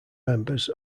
members